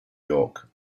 york